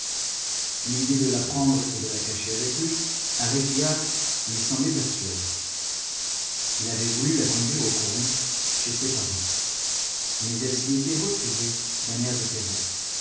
l'idée de la prendre et de la cacher avec lui à réquillart lui semblait absurde il avait voulu la conduire au coron chez ses parents mais elle s'y était refusée d'un air de terreur